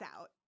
out